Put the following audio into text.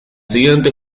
siguientes